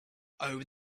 over